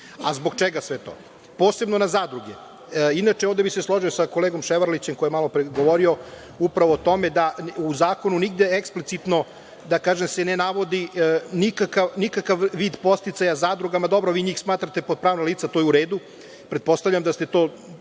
preduzeća, a posebno na zadruge. Inače, ovde bih se složio sa kolegom Ševarlićem koji je malopre govorio upravo o tome, da se u zakonu nigde eksplicitno ne navodi nikakv vid podsticaja zadrugama. Dobro, vi njih smatrate pod pravna lica i to je u redu, pretpostavljam da ste to